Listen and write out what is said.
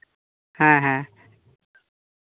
ᱦᱮᱸ ᱦᱮᱸ